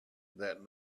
that